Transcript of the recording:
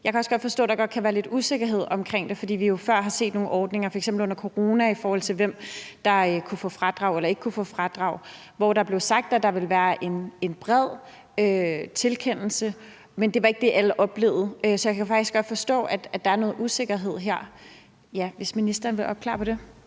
Jeg kan også godt forstå, at der kan være lidt usikkerhed omkring det, fordi vi jo før har set nogle ordninger, f.eks. under corona, i forhold til hvem der kunne få fradrag eller ikke kunne få fradrag, hvor der blev sagt, at der ville være en bred tilkendelse, men det var ikke det, alle oplevede. Så jeg kan faktisk godt forstå, at der er noget usikkerhed her. Vil ministeren opklare på det?